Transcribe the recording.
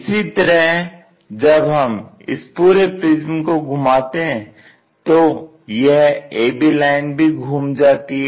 इसी तरह जब हम इस पूरे प्रिज्म को घुमाते हैं तो यह a b लाइन भी घुम जाती है